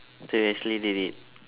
so you actually did it